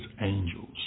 angels